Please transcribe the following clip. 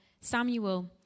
Samuel